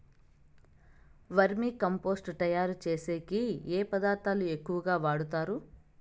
వర్మి compost తయారుచేసేకి ఏ పదార్థాలు ఎక్కువగా వాడుతారు